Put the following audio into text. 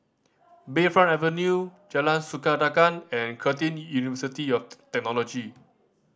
Bayfront Avenue Jalan Sikudangan and Curtin University of Technology